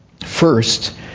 First